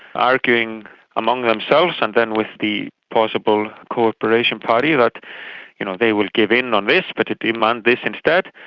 arguing among themselves and then with the possible cooperation party, that you know they will give in on this but demand this instead.